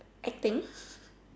acting